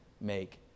make